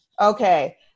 Okay